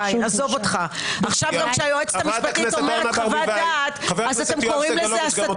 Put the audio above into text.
חברת הכנסת אורנה ברביבאי --- זה לא הנוהג,